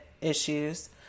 issues